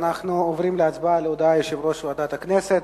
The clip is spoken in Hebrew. אנחנו עוברים להצבעה על הודעת יושב-ראש ועדת הכנסת.